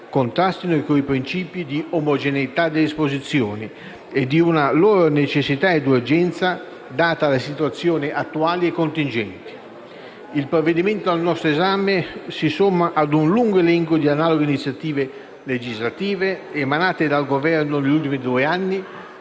contrastino con i principi di omogeneità delle disposizioni e di una loro necessità ed urgenza data da situazioni attuali e contingenti. Il provvedimento al nostro esame si somma ad un lungo elenco di analoghe iniziative legislative emanate dal Governo negli ultimi due anni,